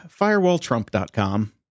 FirewallTrump.com